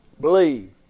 Believe